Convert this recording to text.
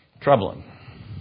Troubling